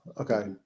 Okay